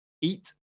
eat